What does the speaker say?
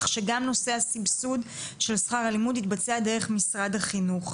כך שגם נושא הסבסוד של שכר הלימוד יתבצע דרך משרד החינוך.